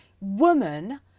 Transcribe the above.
Woman